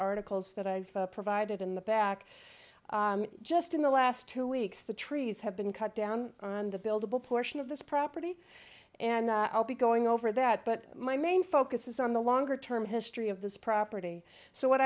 articles that i've provided in the back just in the last two weeks the trees have been cut down on the buildable portion of this property and i'll be going over that but my main focus is on the longer term history of this property so what